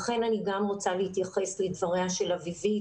לכן אני גם רוצה להתייחס לדבריה של אביבית,